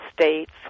States